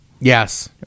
Yes